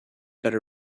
better